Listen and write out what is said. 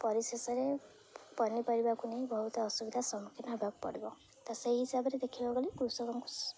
ପରିଶେଷରେ ପନିପରିବାକୁ ନେଇ ବହୁତ ଅସୁବିଧାର ସମ୍ମୁଖୀନ ହେବାକୁ ପଡ଼ିବ ତ ସେହି ହିସାବରେ ଦେଖିବାକୁ ଗଲେ କୃଷକ